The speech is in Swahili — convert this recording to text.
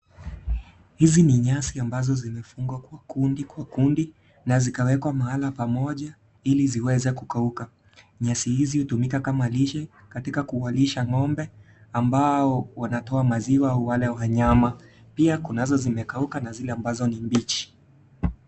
Hizi ni nyasi ambazo zimefungwa kwa kundi kundi na zikawekwa mahali pamoja hili ziweze kukauka , nyasi hizi hutumika kama lishe katika kuwalisha ngombe ambao wanatoa maziwa au wale wa nyama, pia kunazo zimekauka na zile ambazo ni mbichi.